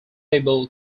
able